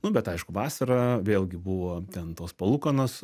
nu bet aišku vasarą vėlgi buvo ten tos palūkanos